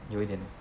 有一点